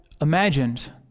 imagined